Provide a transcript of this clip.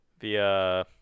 via